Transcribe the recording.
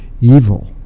evil